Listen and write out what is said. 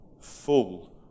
full